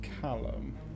Callum